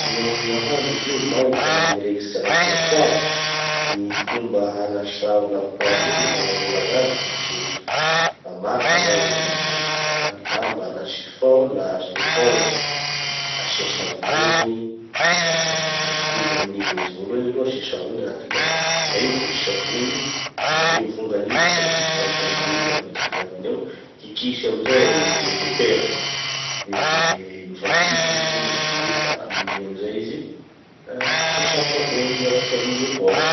No gn'ahndro izy io may da mirekitsy agnaty lapoaly. Gny fomba hanasà gny lapoaly igny, hagnamora anazy da tsotra. Maka hanao lamba na chiffon na éponge asia savony da diovy amin'igny izy. Voalohany aloha asia savony agnatiny ao, na io vovo savony na io vongany fa izy misy ranondranony igny da mipetaky agnatiny ao. Kikisa amizay amy gny fedepera. De nofa mikiky izy madio da amin'igny amizay sasà savony miaraky amy gn'éponge.